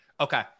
okay